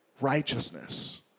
righteousness